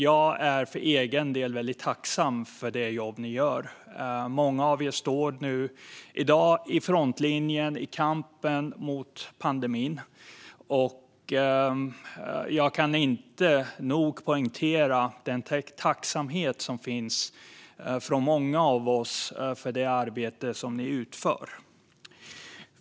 Jag är för egen del väldigt tacksam för det jobb ni gör. Många av er står nu i dag i frontlinjen i kampen mot pandemin. Jag kan inte nog poängtera den tacksamhet som många av oss känner för det arbete ni utför.